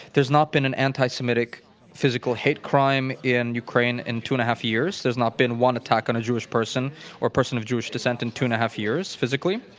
there's not been an anti-semitic physical hate crime in ukraine in two and a half years. there's not been one attack on a jewish person or person of jewish descent in two and a half years, physically.